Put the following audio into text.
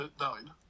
nine